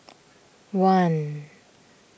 one